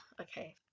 okay